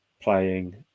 playing